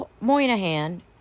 Moynihan